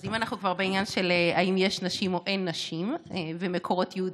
אז אם אנחנו כבר בעניין של אם יש נשים או אין נשים ומקורות יהודיים,